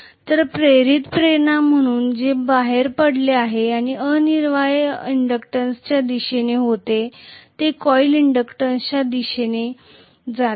तर प्रेरित प्रेरणा म्हणून जे बाहेर पडते आणि ते अनिवार्यपणे इंडक्टन्सच्या दिशेने होते ते कॉइलच्या इंडक्टन्सच्या दिशेने जाते